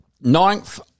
ninth